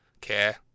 care